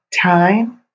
time